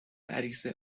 غریزه